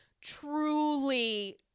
truly